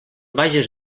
vages